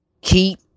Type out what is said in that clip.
Keep